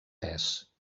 pes